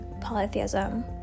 polytheism